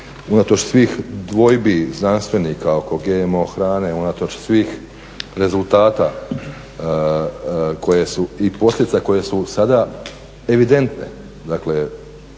unatoč svih dvojbi znanstvenika oko GMO hrane, unatoč svih rezultata koje su, i posljedica, koje su sada evidentne,